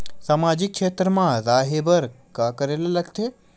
सामाजिक क्षेत्र मा रा हे बार का करे ला लग थे